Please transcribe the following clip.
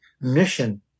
mission